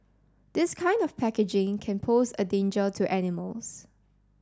this kind of packaging can pose a danger to animals